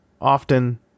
often